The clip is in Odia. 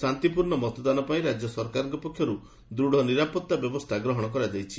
ଶାନ୍ତିପୂର୍ଣ୍ଣ ମତଦାନ ପାଇଁ ରାଜ୍ୟ ସରକାରଙ୍କ ପକ୍ଷରୁ ଦୂଢ଼ ନିରାପତ୍ତା ବ୍ୟବସ୍ଥା ଗ୍ରହଣ କରାଯାଇଛି